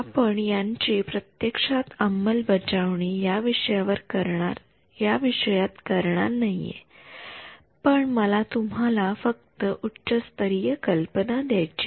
आपण यांची प्रत्यक्षात अंमलबाजवणी या विषयात करणार नाहीये पण मला तुम्हाला फक्त उच्च स्तरीय कल्पना द्यायची आहे